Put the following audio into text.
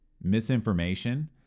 misinformation